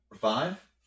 Five